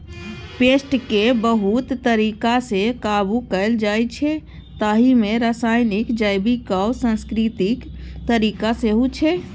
पेस्टकेँ बहुत तरीकासँ काबु कएल जाइछै ताहि मे रासायनिक, जैबिक आ सांस्कृतिक तरीका सेहो छै